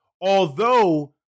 Although-